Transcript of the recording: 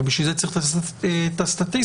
אבל בשביל זה צריך לעשות את הסטטיסטיקה.